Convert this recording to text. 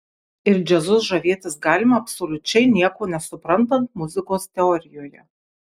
ir džiazu žavėtis galima absoliučiai nieko nesuprantant muzikos teorijoje